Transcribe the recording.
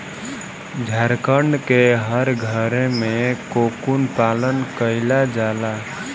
झारखण्ड के हर घरे में कोकून पालन कईला जाला